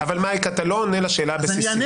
מייק, אתה לא עונה על השאלה הבסיסית